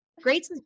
Great